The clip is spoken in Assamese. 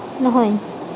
নহয়